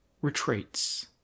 retreats